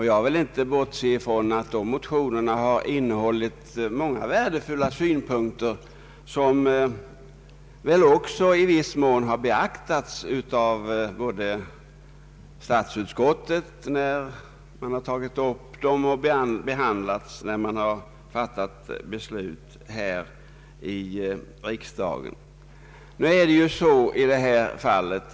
Jag bortser inte från att de motionerna innehållit många värdefulla synpunkter, som väl också i viss mån har beaktats både av statsutskottet, som haft att behandla dem, och av riksdagen, som fattat besluten.